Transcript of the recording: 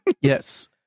Yes